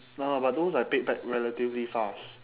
no no but those I paid back relatively fast